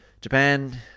Japan